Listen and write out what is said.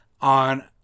on